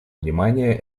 внимание